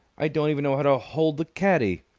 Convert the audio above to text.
i don't even know how to hold the caddie!